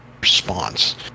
response